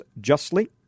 justly